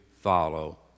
follow